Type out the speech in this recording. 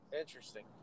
Interesting